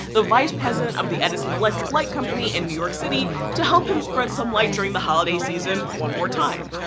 the vice president of the edison electric light company in new york city, to help him spread some light during the holiday season one more time.